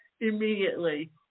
immediately